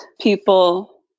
people